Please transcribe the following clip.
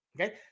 Okay